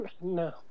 No